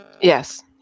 Yes